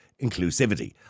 inclusivity